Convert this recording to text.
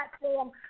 platform